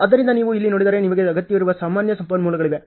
ಆದ್ದರಿಂದ ನೀವು ಇಲ್ಲಿ ನೋಡಿದರೆ ನಿಮಗೆ ಅಗತ್ಯವಿರುವ ಸಾಮಾನ್ಯ ಸಂಪನ್ಮೂಲಗಳಿವೆ